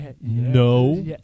No